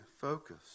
focus